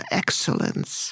excellence